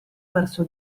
verso